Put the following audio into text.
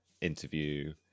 interview